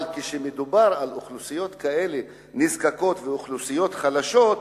אבל כאשר מדובר באוכלוסיות נזקקות ואוכלוסיות חלשות,